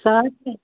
سہلٕے چھا